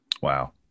Wow